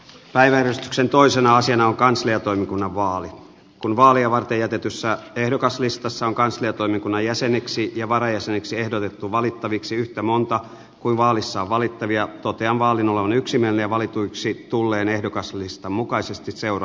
päivän sen toisena asiana on kansliatoimikunnan vaalit on vaalia varten että eduskunta valitsee kansliatoimikunnan jäseniksi ja varajäseniksi ehdotettu valittaviksi yhtä monta kuin vaalissa valitteli ja totean valinnalla on yksi neljä valituiksi tulleen ehdokaslistan mukaisesti seura